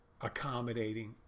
accommodating